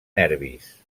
nervis